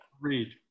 read